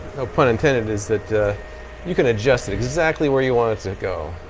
no pun intended, is that you can adjust it exactly where you want it to go.